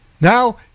Now